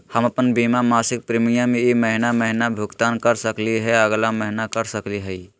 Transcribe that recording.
हम अप्पन बीमा के मासिक प्रीमियम ई महीना महिना भुगतान कर सकली हे, अगला महीना कर सकली हई?